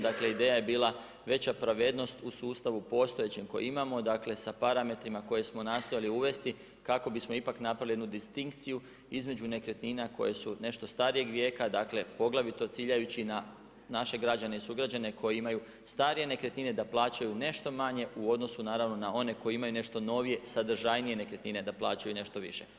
Dakle ideja je bila veća pravednost u sustavu postojećem koji imamo sa parametrima koje smo nastojali uvesti kako bismo ipak napravili jednu distinkciju između nekretnina koje su nešto starijeg vijeka poglavito ciljajući na naše građane i sugrađane koji imaju starije nekretnine da plaćaju nešto manje u odnosu na one koji imaju nešto novije, sadržajnije nekretnine da plaćaju nešto više.